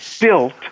built